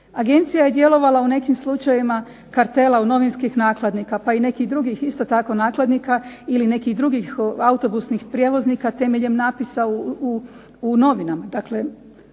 Agencija je djelovala u nekim slučajevima kartela od novinskih nakladnika, pa i nekih drugih isto tako nakladnika ili nekih drugih autobusnih prijevoznika temeljem napisa u novinama.